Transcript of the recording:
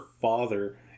father